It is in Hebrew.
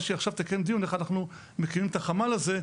שהיא עכשיו תקיים דיון איך אנחנו מקימים את החמ"ל הזה,